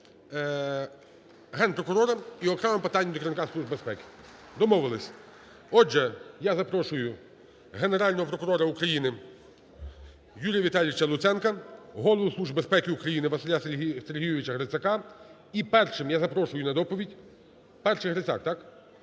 Генпрокурора і окремо питання до керівника Служби безпеки. Домовилися. Отже, я запрошую Генерального прокурора України Юрія Віталійовича Луценка, голову Служби безпеки України Василя Сергійовича Грицака. І першим я запрошую на доповідь… Перший Грицак, так?